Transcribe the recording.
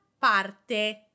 parte